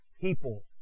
people